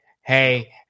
hey